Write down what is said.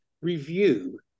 review